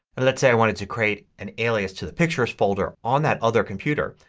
and let's say i wanted to create an alias to the pictures folder on that other computer.